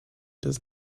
does